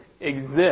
exist